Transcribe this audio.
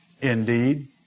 Indeed